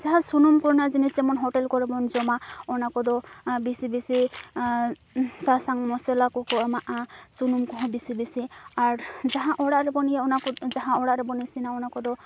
ᱡᱟᱦᱟᱸ ᱥᱩᱱᱩᱢᱠᱚ ᱨᱮᱱᱟᱜ ᱡᱤᱱᱤᱥ ᱡᱮᱢᱚᱱ ᱦᱳᱴᱮᱞ ᱠᱚᱨᱮ ᱵᱚᱱ ᱡᱚᱢᱟ ᱚᱱᱟ ᱠᱚᱫᱚ ᱵᱮᱥᱤ ᱵᱮᱥᱤ ᱥᱟᱥᱟᱝ ᱢᱚᱥᱞᱟᱠᱚ ᱠᱚ ᱮᱢᱟᱜᱼᱟ ᱥᱩᱱᱩᱢᱠᱚ ᱦᱚᱸ ᱵᱮᱥᱤ ᱵᱮᱥᱤ ᱟᱨ ᱡᱟᱦᱟᱸ ᱚᱲᱟᱜᱨᱮ ᱵᱚᱱ ᱤᱭᱟᱹ ᱚᱱᱟᱠᱚ ᱡᱟᱦᱟᱸ ᱚᱲᱟᱜᱨᱮ ᱵᱚᱱ ᱤᱥᱤᱱᱟ ᱚᱱᱟ ᱠᱚᱫᱚ